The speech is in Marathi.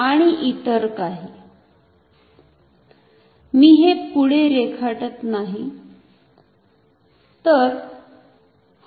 आणि इतर काही मी हे पुढे रेखाटत नाही